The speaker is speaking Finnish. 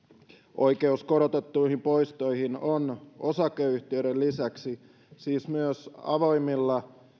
oikeus korotettuihin poistoihin on osakeyhtiöiden lisäksi siis myös avoimilla